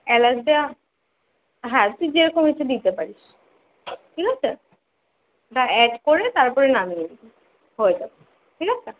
এলাচ দেওয়া হ্যাঁ তুই যেরকম ইচ্ছা দিতে পারিস ঠিক আছে বাঁ অ্যাড করে তারপরে নামিয়ে দিবি হয়ে যাবে ঠিক আছে